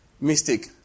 mistake